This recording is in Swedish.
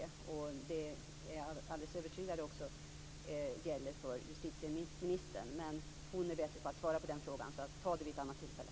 Jag är alldeles övertygad att detta också gäller för justitieministern. Hon är bättre än jag på att svara på frågan, så mitt råd är att ta upp den vid ett annat tillfälle.